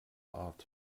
art